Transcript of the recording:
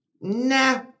nah